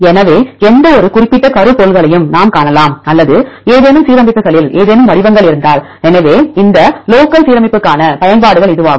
எனவே எந்தவொரு குறிப்பிட்ட கருப்பொருள்களையும் நாம் காணலாம் அல்லது ஏதேனும் சீரமைப்புகளில் ஏதேனும் வடிவங்கள் இருந்தால் எனவே இந்த லோக்கல்சீரமைப்புக்கான பயன்பாடுகள் இதுவாகும்